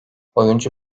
oyuncu